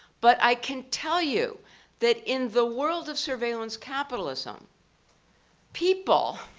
but i can tell you that in the world of surveillance capitalism people